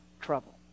trouble